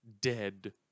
dead